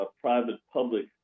private-public